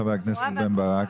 חבר הכנסת בן ברק,